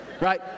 right